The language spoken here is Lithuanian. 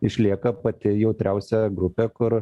išlieka pati jautriausia grupė kur